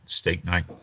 steak-night